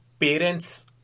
Parents